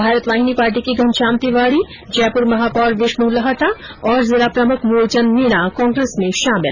Bharat Vahini party के घनश्याम तिवाडी जयपुर महापौर विष्णु लाहटा और जिला प्रमुख मूल चन्द मीणा कांग्रेस में शामिल